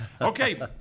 Okay